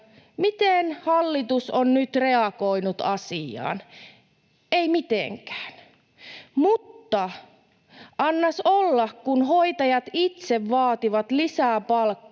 Miten hallitus on nyt reagoinut asiaan? Ei mitenkään. Mutta annas olla, kun hoitajat itse vaativat lisää palkkaa